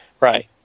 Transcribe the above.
Right